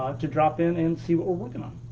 um to drop in and see what we're working on.